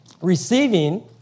Receiving